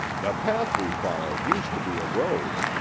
the path we followed used to be a road.